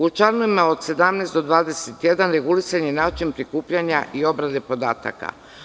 U članovima od 17. do 21. regulisan je način prikupljanja i obrade podataka.